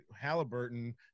Halliburton